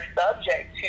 subject